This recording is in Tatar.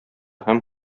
һәм